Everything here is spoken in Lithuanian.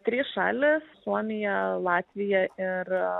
trys šalys suomija latvija ir